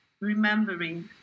remembering